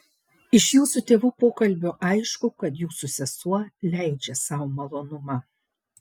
iš jūsų tėvų pokalbio aišku kad jūsų sesuo leidžia sau malonumą